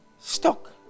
stock